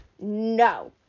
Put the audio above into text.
No